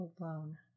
alone